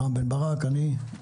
רם בן ברק, אני.